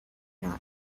not